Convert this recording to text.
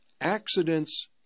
accidents